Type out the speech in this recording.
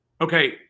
okay